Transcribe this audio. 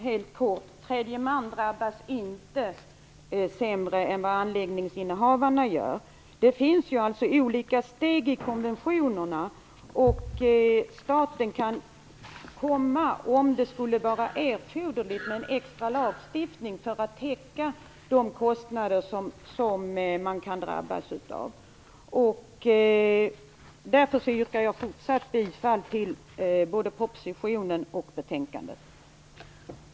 Herr talman! Tredje man drabbas inte värre än anläggningsinnehavarna gör. Det finns olika steg i konventionerna. Staten kan, om det skulle vara erforderligt, stifta extra lag för att täcka de kostnader som man kan drabbas av. Därför yrkar jag fortfarande bifall till både propositionen och hemställan i betänkandet.